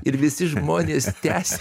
ir visi žmonės tęsia